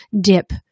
dip